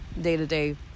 day-to-day